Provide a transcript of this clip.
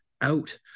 out